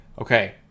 Okay